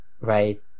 right